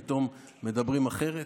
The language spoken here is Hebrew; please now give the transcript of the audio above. פתאום מדברים אחרת.